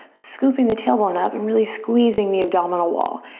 scooping the tailbone up and really squeezing the abdominal wall.